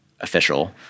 official